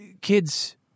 kids